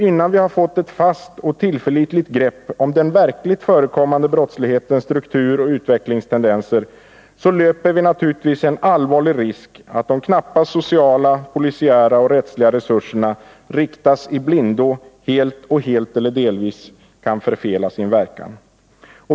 Innan vi har fått ett fast och tillförlitligt grepp om den verkligt förekommande brottslighetens struktur och utvecklingstendenser, löper vi allvarlig risk att de knappa soci a, polisiära och rättsliga resurserna används i blindo och helt eller delvis förfelar sin verkan.